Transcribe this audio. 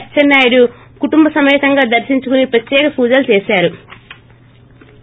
అచ్చెన్సా యుడు కుటుంబ సమేతంగా దర్శించుకుని పత్రేక పూజలు చేశారు